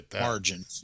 margin